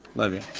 love you.